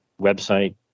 website